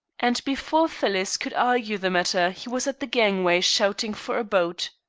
and before phyllis could argue the matter he was at the gangway shouting for a boat.